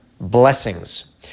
Blessings